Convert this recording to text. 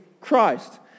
christ